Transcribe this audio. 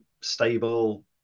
stable